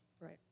Right